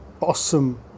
awesome